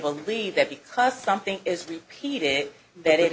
believe that because something is repeated that it